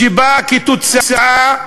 שבא כתוצאה,